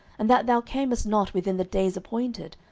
and that thou camest not within the days appointed,